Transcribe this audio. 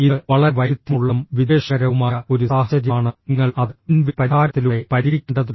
ഇത് വളരെ വൈരുദ്ധ്യമുള്ളതും വിദ്വേഷകരവുമായ ഒരു സാഹചര്യമാണ് നിങ്ങൾ അത് വിൻ വിൻ പരിഹാരത്തിലൂടെ പരിഹരിക്കേണ്ടതുണ്ട്